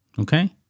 okay